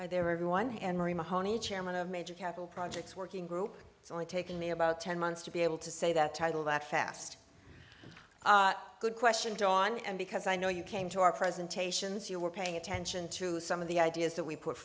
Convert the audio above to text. chance there everyone henry mahoney chairman of major capital projects working group it's only taken me about ten months to be able to say that title that fast good question john and because i know you came to our presentations you were paying attention to some of the ideas that we put